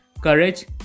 courage